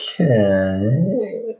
Okay